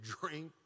drink